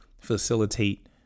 facilitate